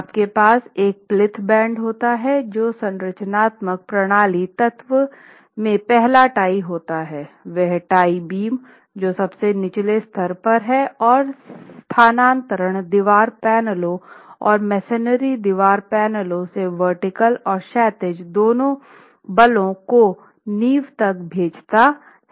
आपके पास एक प्लिंथ बैंड होता है जो संरचनात्मक प्रणाली तत्व में पहला टाई होता है वह टाई बीम जो सबसे निचले स्तर पर है और स्थानांतरण दीवार पैनलों और मेसनरी दीवार पैनलों से ऊर्ध्वाधर और क्षैतिज दोनों बलों को नींव तक भेजता है